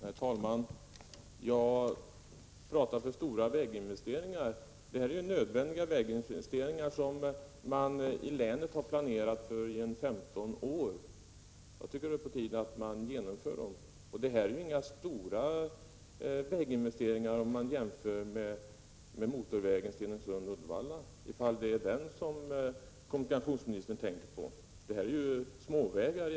Herr talman! Jag talar för stora väginvesteringar därför att det är fråga om nödvändiga väginvesteringar som har planerats i länet under 15 år, och det är på tiden att de genomförs. Det är inte några stora väginvesteringar jämfört med motorvägen Stenungsund-Uddevalla, om det är detta som kommunikationsministern tänker på, utan det gäller småvägar.